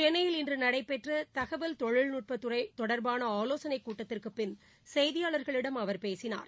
சென்னையில் இன்று நடைபெற்ற தகவல் தொழில்நுட்பத்துறை தொடர்பான ஆலோசனைக் கூட்டத்திற்குப் பின் செய்தியாளர்களிடம் அவர் பேசினார்